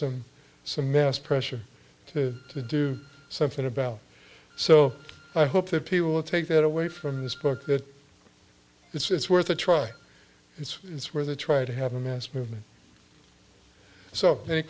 some some mass pressure to to do something about so i hope that people will take that away from this book that it's worth a try it's it's worth a try to have a mass movement so